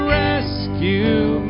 rescue